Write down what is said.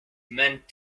meant